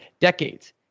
decades